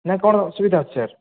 ନା କ'ଣ ଅସୁବିଧା ଅଛି ସାର୍